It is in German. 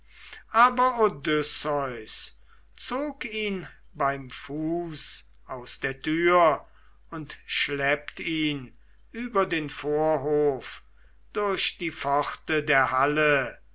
odysseus zog ihn beim fuß aus der tür und schleppt ihn über den vorhof durch die pforte der halle